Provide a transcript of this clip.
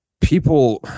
People